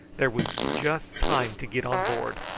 there was just time to get on board,